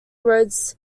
roads